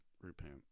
repent